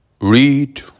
Read